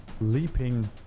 leaping